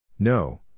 No